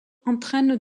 entraîne